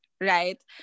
right